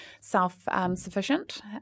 self-sufficient